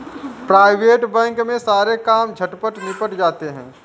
private bank में सारे काम झटपट निबट जाते हैं